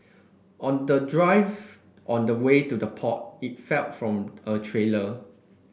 on the drive on the way to the port it fell from a trailer